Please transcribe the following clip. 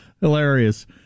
Hilarious